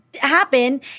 happen